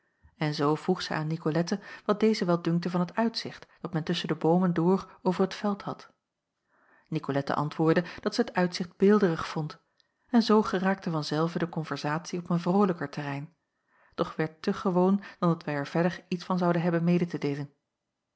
en zoo vroeg zij aan nicolette wat deze wel dunkte van het uitzicht dat men tusschen de boomen door over t veld had nicolette antwoordde dat zij t uitzicht beelderig vond en zoo geraakte van zelve de konverzatie op een vrolijker terrein doch werd te gewoon dan dat wij er verder iets van zouden hebben mede te deelen